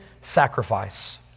sacrifice